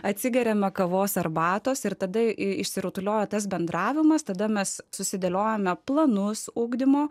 atsigeriame kavos arbatos ir tada išsirutuliojo tas bendravimas tada mes susidėliojome planus ugdymo